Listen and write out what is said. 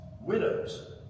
widows